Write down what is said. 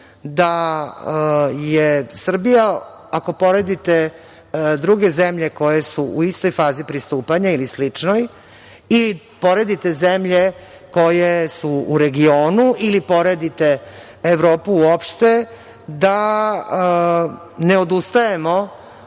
da je Srbija, ako poredite druge zemlje koje su u istoj fazi pristupanja ili sličnoj i poredite zemlje koje su u regionu ili poredite Evropu uopšte da ne odustajemo